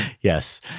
Yes